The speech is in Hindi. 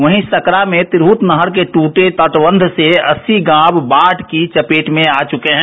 वहीं सकरा में तिरहुत नहर के दूटे तटबंध से अस्सी गांव बाढ़ की चपेट में आ चुके हैं